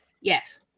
Yes